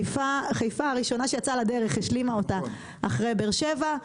חיפה היא הראשונה שיצאה לדרך והשלימה אותה אחרי באר שבע.